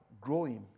growing